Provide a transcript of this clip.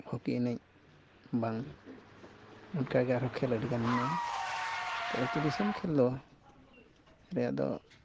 hockey ᱮᱱᱮᱡ ᱵᱟᱝ ᱚᱱᱠᱟᱜᱮ ᱠᱷᱮᱞ ᱟᱨᱦᱚᱸ ᱟᱹᱰᱤᱜᱟᱱ ᱢᱮᱱᱟᱜᱼᱟ ᱛᱳ ᱟᱛᱳ ᱫᱤᱥᱚᱢ ᱠᱷᱮᱞ ᱫᱚ ᱨᱮᱭᱟᱜ ᱫᱚ